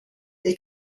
dei